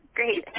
Great